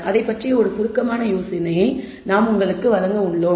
அதைப் பற்றிய ஒரு சுருக்கமான யோசனையை நாங்கள் உங்களுக்கு வழங்க உள்ளோம்